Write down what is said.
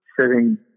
sitting